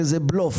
שזה בלוף?